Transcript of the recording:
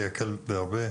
זה יקל בהרבה.